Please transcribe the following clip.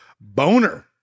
Boner